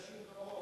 בגלל אנשים כמוך.